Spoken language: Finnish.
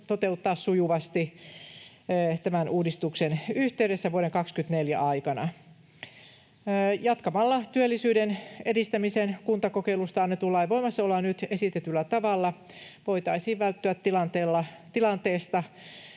toteuttaa sujuvasti tämän uudistuksen yhteydessä vuoden 24 aikana. Jatkamalla työllisyyden edistämisen kuntakokeilusta annetun lain voimassaoloa nyt esitetyllä tavalla voitaisiin välttyä tilanteelta,